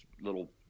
little